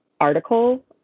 Article